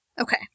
Okay